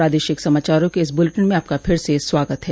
प्रादेशिक समाचारों के इस बुलेटिन में आपका फिर से स्वागत है